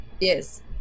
Yes